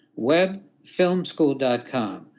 Webfilmschool.com